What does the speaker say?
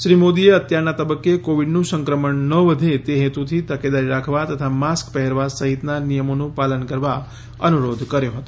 શ્રી મોદીએ અત્યારના તબક્કે કોવીડનું સંક્રમણ ન વધે તે હેતુથી તકેદારી રાખવા તથા માસ્ક પહેરવા સહિતના નિયમોનું પાલન કરવા અનુરોધ કર્યો હતો